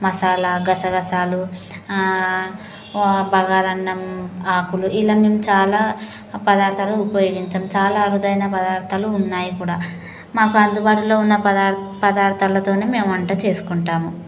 మసాలా గసగసాలు బగారా అన్నం ఆకులు ఇలా మేము చాలా పదార్థాలు ఉపయోగించం చాలా అరుదైన పదార్థాలు ఉన్నాయి కూడా మాకు అందుబాటులో ఉన్న పదార్థా పదార్థాలతోనే మేము వంట చేసుకుంటాము